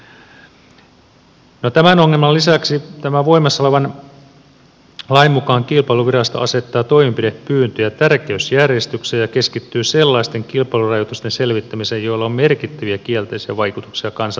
tämän ongelman lisäksi tämän voimassa olevan lain mukaan kilpailuvirasto asettaa toimenpidepyyntöjä tärkeysjärjestykseen ja keskittyy sellaisten kilpailurajoitusten selvittämiseen joilla on merkittäviä kielteisiä vaikutuksia kansantaloudessa